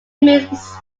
remains